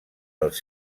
els